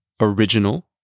original